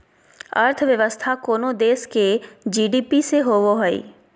अर्थव्यवस्था कोनो देश के जी.डी.पी से होवो हइ